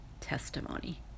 testimony